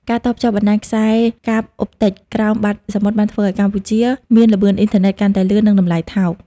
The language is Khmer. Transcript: ការតភ្ជាប់បណ្ដាញខ្សែកាបអុបទិកក្រោមបាតសមុទ្របានធ្វើឱ្យកម្ពុជាមានល្បឿនអ៊ីនធឺណិតកាន់តែលឿន និងតម្លៃថោក។